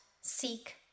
seek